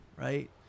right